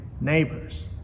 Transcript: neighbors